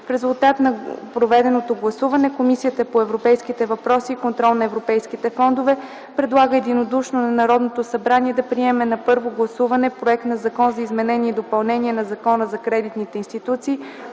В резултат на проведеното гласуване Комисията по европейските въпроси и контрол на европейските фондове предлага единодушно на Народното събрание да приеме на първо гласуване проект на Закон за изменение и допълнение на Закона за кредитните институции,